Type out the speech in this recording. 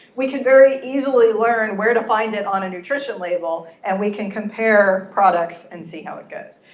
we can very easily learn where to find it on a nutrition label. and we can compare products and see how it goes.